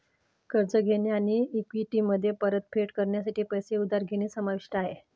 कर्ज घेणे आणि इक्विटीमध्ये परतफेड करण्यासाठी पैसे उधार घेणे समाविष्ट आहे